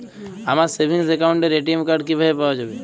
আমার সেভিংস অ্যাকাউন্টের ATM card কিভাবে পাওয়া যাবে?